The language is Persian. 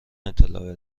اطلاع